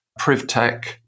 PrivTech